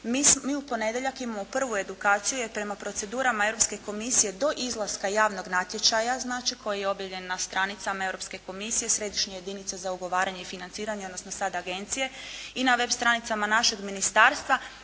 Mi u ponedjeljak imamo prvu edukaciju jer prema procedurama Europske komisije do izlaska javnog natječaja znači koji je objavljen na stranicama Europske komisije središnje jedinice za ugovaranje i financiranje, odnosno sada agencije, i na web stranicama našeg ministarstva